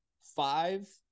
five